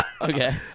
okay